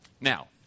now